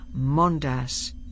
Mondas